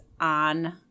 on